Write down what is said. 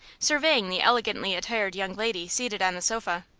surveying the elegantly attired young lady seated on the sofa.